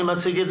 מי מציג?